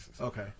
Okay